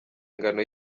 ingano